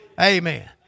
Amen